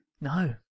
No